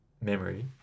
memory